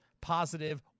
positive